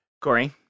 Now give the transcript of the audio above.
Corey